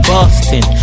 Boston